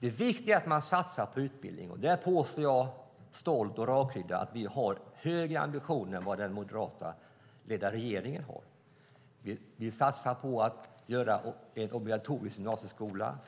Det viktiga är att man satsar på utbildning, och där påstår jag stolt och rakryggad att vi har högre ambitioner än vad den moderatledda regeringen har. Vi satsar på ungdomarna genom en obligatorisk gymnasieskola.